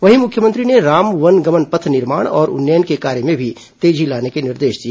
वहीं मुख्यमंत्री ने राम वन गमन पथ निर्माण और उन्नयन के कार्य में भी तेजी लाने के निर्देश दिए